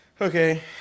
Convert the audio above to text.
Okay